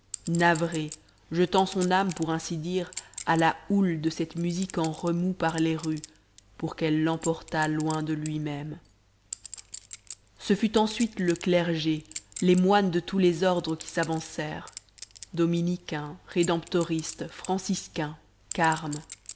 navré jetant son âme pour ainsi dire à la houle de cette musique en remous par les rues pour qu'elle l'emportât loin de lui-même ce fut ensuite le clergé les moines de tous les ordres qui s'avancèrent dominicains rédemptoristes franciscains carmes